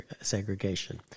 segregation